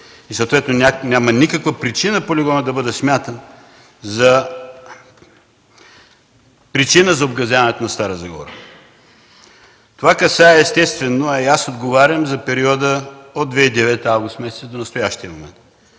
и съответно няма никаква причина полигонът да бъде смятан за причина за обгазяването на Стара Загора. Това касае естествено, а и аз отговарям за периода от месец август 2009 г. до настоящия момент.